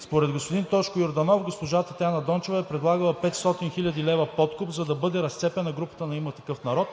Според господин Тошко Йорданов госпожа Татяна Дончева е предлагала 500 хил. лв. подкуп, за да бъде разцепена групата на „Има такъв народ“